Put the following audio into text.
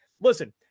listen